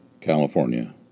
California